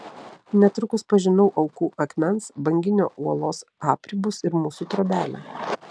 netrukus pažinau aukų akmens banginio uolos apribus ir mūsų trobelę